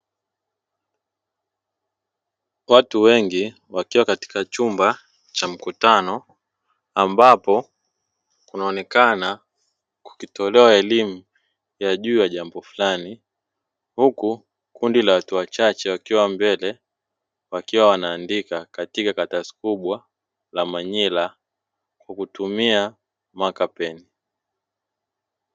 Watu wengi wakiwa katika chumba cha mkutano ambapo kunaonekana kukitolewa elimu ya juu ya jambo fulani, huku kundi la watu wachache wakiwa wanaandika kwenye karatasi kubwa la manira kwa kutumia makapeni.